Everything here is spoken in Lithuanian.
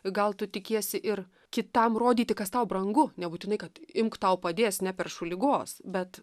gal tu tikiesi ir kitam rodyti kas tau brangu nebūtinai kad imk tau padės neperšu ligos bet